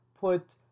put